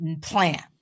plan